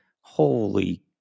Holy